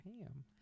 ham